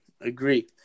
Agree